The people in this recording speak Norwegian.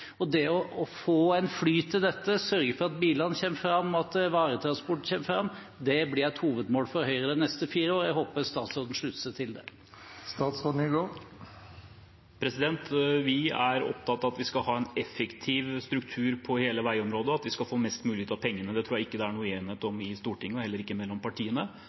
Det å få en flyt i dette, sørge for at bilene kommer fram, at varetransporten kommer fram, blir et hovedmål for Høyre de neste fire årene. Jeg håper statsråden slutter seg til det. Vi er opptatt av at vi skal ha en effektiv struktur på hele veiområdet, og at vi skal få mest mulig ut av pengene. Det tror jeg ikke det er noen uenighet om i Stortinget, heller ikke mellom partiene.